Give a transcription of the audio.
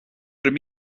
raibh